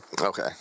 Okay